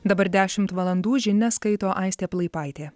dabar dešimt valandų žinias skaito aistė plaipaitė